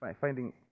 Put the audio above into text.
finding